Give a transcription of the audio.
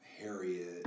Harriet